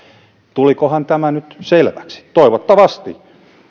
tulikohan tämä nyt selväksi toivottavasti